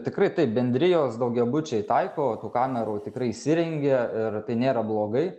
tikrai taip bendrijos daugiabučiai taiko tų kamerų tikrai įsirengia ir tai nėra blogai